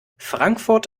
frankfurt